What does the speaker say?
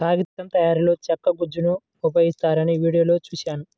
కాగితం తయారీలో చెక్క గుజ్జును ఉపయోగిస్తారని వీడియోలో చూశాను